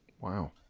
wow